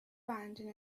finding